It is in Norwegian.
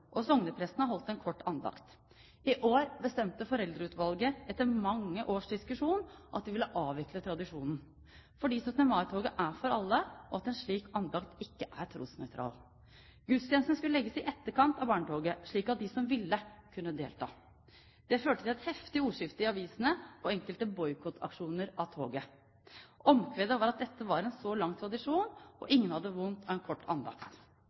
og sognepresten har holdt en kort andakt. I år bestemte foreldreutvalget etter mange års diskusjon at de ville avvikle tradisjonen, fordi 17. mai-toget er for alle og en slik andakt ikke er trosnøytral. Gudstjenesten skulle legges i etterkant av barnetoget, slik at de som ville, kunne delta. Det førte til et heftig ordskifte i avisene og enkelte boikottaksjoner mot toget. Omkvedet var at dette var en lang tradisjon, og at ingen hadde vondt av en kort andakt.